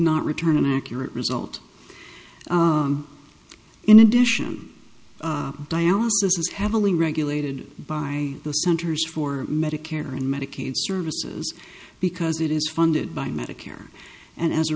not return an accurate result in addition dialysis is heavily regulated by the centers for medicare and medicaid services because it is funded by medicare and as a